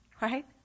Right